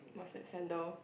mustard sandal